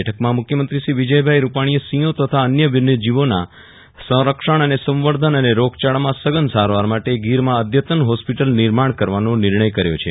બેઠકમાં મુખ્યમંત્રી શ્રી વિજયભાઇ રૂપાણીએ સિંહો તથા અન્ય વન્ય જીવોના સંરક્ષણ સંવર્ધન અને રોગચાળામાં સઘન સારવાર માટે ગીરમાં અઘતન હોસ્પિટલ નિર્માણ કરવાનો નિર્ણય કર્યો છે